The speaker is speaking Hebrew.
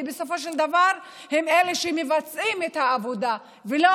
כי בסופו של דבר הם אלה שמבצעים את העבודה ולא